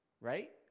right